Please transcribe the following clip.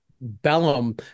bellum